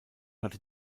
hatte